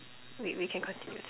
wait we can continue this